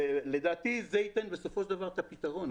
לדעתי זה ייתן בסופו של דבר את הפתרון.